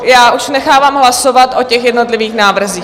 Já už nechávám hlasovat o jednotlivých návrzích.